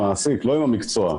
לא עם המקצוע,